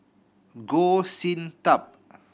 Goh Sin Tub